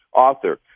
author